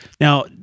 Now